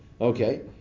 Okay